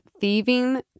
Thieving